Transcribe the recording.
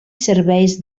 serveis